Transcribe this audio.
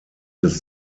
des